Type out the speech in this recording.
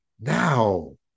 Now